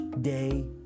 day